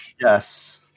Yes